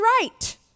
right